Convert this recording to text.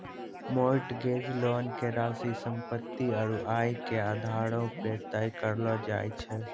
mortgage loan के राशि सम्पत्ति आरू आय के आधारो पे तय करलो जाय छै